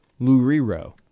Luriro